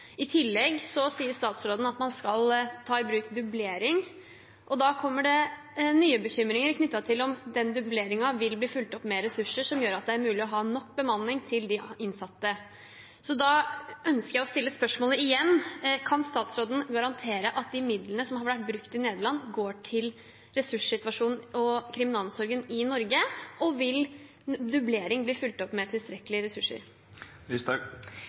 I tillegg sier statsråden at man skal ta i bruk dublering, og da kommer det nye bekymringer knyttet til hvorvidt den dubleringen blir fulgt opp med ressurser som gjør det mulig å ha nok bemanning til de innsatte. Da ønsker jeg å stille spørsmålet igjen: Kan statsråden garantere at de midlene som ble brukt i Nederland, går til ressurssituasjonen og kriminalomsorgen i Norge, og vil dublering bli fulgt opp med